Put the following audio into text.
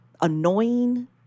annoying